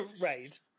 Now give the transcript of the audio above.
Right